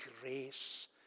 grace